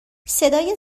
صدای